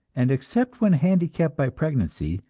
and except when handicapped by pregnancy,